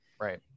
Right